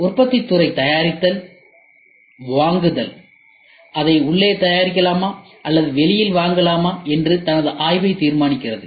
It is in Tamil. உற்பத்தித் துறை தயாரித்தல் வாங்குதல் அதை உள்ளே தயாரிக்கலாமா அல்லது வெளியில் வாங்கலாமா என்று தனது ஆய்வை தீர்மானிக்கிறது